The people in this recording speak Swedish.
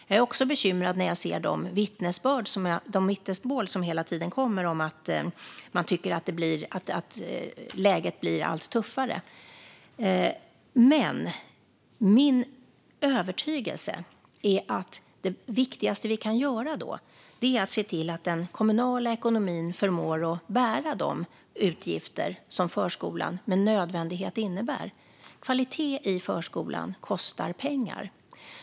Jag blir också bekymrad när jag ser de vittnesmål som hela tiden kommer om att man tycker att läget blir allt tuffare. Men min övertygelse är att det viktigaste vi kan göra är att se till att den kommunala ekonomin förmår att bära de utgifter som förskolan med nödvändighet innebär. Kvalitet i förskolan kostar pengar.